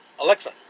Alexa